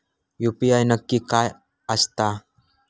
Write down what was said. UPI नक्की काय आसता?